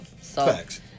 Facts